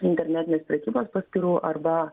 internetinės prekybos paskyrų arba